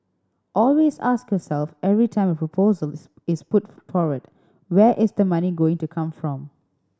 always ask yourself every time a proposals is put forward where is the money going to come from